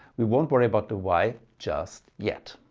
we won't worry about the why just yet.